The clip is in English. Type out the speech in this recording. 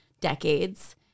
decades